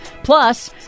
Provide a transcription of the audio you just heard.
Plus